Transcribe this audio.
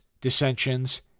dissensions